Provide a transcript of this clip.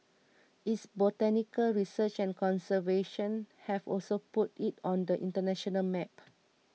its botanical research and conservation have also put it on the international map